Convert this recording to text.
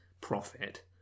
profit